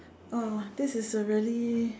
oh this is a really